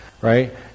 right